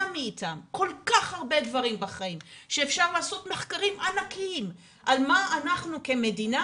מאיתם כל כך הרבה דברים בחיים שאפשר לעשות מחקרים ענקיים על מה אנחנו כמדינה